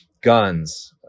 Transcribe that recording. guns